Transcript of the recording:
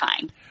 fine